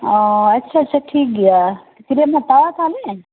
ᱳᱚ ᱟᱪᱪᱷᱟ ᱟᱪᱪᱷᱟ ᱴᱷᱤᱠ ᱜᱮᱭᱟ ᱛᱤᱱᱟᱹ ᱮᱢ ᱦᱟᱛᱟᱣᱟ ᱛᱟᱦᱚᱞᱮ